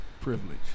Privilege